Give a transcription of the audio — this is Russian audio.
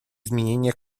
изменения